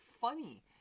funny